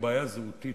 היא בעיה זהותית,